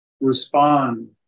respond